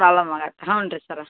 problem ಆಗತ್ತೆ ಹ್ಞೂಂ ರೀ ಸರ್